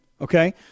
okay